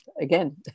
again